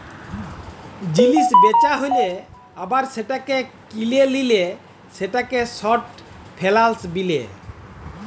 জিলিস বেচা হ্যালে আবার সেটাকে কিলে লিলে সেটাকে শর্ট ফেলালস বিলে